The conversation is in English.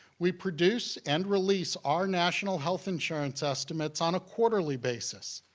we produce and release our national health insurance estimates on a quarterly basis.